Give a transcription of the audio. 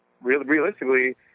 realistically